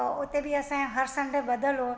त उते बि असांजो हर संडे ॿधलु हो